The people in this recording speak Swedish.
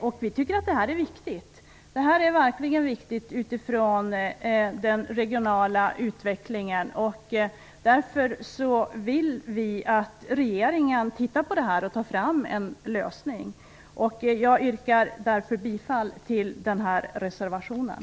Detta anser vi vara viktigt, särskilt för den regionala utvecklingen. Därför vill vi att regeringen tittar på detta och tar fram en lösning. Jag yrkar bifall till reservationen.